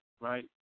right